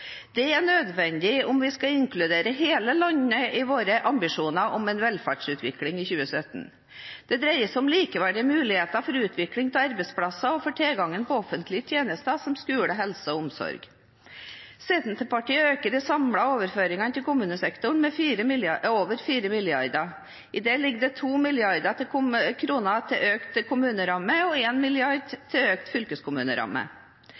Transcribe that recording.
Dette er nødvendig om vi skal inkludere hele landet i våre ambisjoner for velferdsutviklingen i 2017. Det dreier seg om likeverdige muligheter for utvikling av arbeidsplasser og for tilgangen på offentlige tjenester som skole, helse og omsorg. Senterpartiet øker de samlede overføringene til kommunesektoren med over 4 mrd. kr. I dette ligger det 2 mrd. kr til økt kommuneramme og